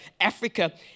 Africa